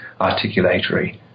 articulatory